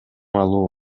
алуу